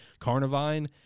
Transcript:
Carnivine